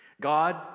God